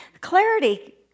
Clarity